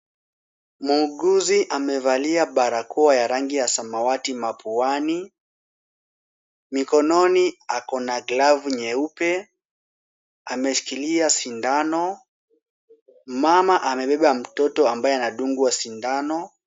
Muuguzi amevalia barakoa ya rangi ya samawati mapuani. Mikononi ako na glavu nyeupe, ameshikilia sindano. Mama amebeba mtoto ambaye anadungwa sindano.